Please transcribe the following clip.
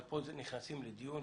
אבל פה נכנסים לדיון.